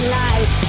life